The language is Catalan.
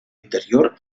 interior